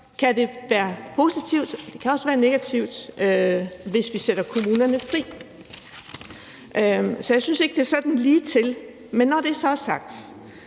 kan det være positivt, men det kan også være negativt, hvis vi sætter kommunerne fri. Så jeg synes ikke, at det er sådan ligetil. Men når det så er sagt,